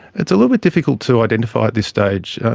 it's a little bit difficult to identify at this stage.